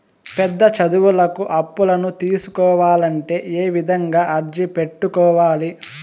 పెద్ద చదువులకు అప్పులను తీసుకోవాలంటే ఏ విధంగా అర్జీ పెట్టుకోవాలి?